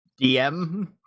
DM